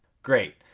great,